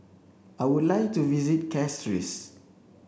i would like to visit Castries